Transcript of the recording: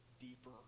deeper